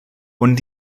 und